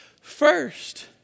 first